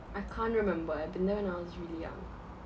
I can't remember I've been there when I was really young